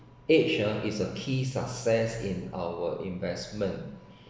age ah is a key success in our investment